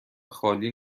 خالی